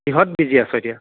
কিহঁত busy আছ এতিয়া